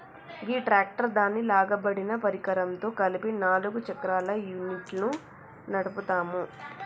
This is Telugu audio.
గీ ట్రాక్టర్ దాని లాగబడిన పరికరంతో కలిపి నాలుగు చక్రాల యూనిట్ను నడుపుతాము